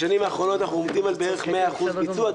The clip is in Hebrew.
בשנים האחרונות אנחנו עומדים על בערך מאה אחוז ביצוע.